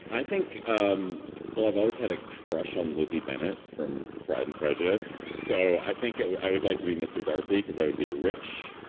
i think um i've always had a crush on lizzie bennet from pride and prejudice. so i think i would like to be mr. darcy cause i would be rich